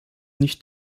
nicht